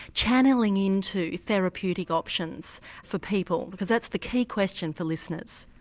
channelling in to therapeutic options for people, because that's the key question for listeners?